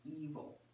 evil